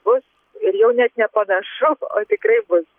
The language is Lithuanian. bus ir jau net nepanašu o tikrai bus